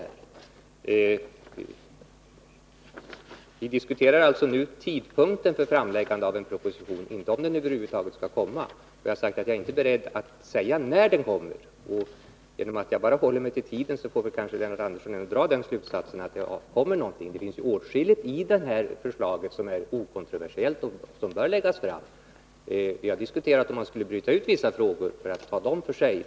Nu diskuterar vi alltså tidpunkten för framläggandet av en proposition, inte om det över huvud taget skall läggas fram någon proposition. Jag är, som sagt, inte beredd att uttala mig exakt om när den kommer. Eftersom jag bara talar om tiden, får väl Lennart Andersson ändå dra den slutsatsen att det kommer en proposition. Det finns också åtskilligt i förslaget som är okontroversiellt och som bör läggas fram. Vi har diskuterat om vi skulle bryta ut vissa frågor och ta dessa för sig.